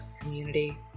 community